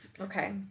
Okay